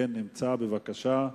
כן נמצא, בבקשה.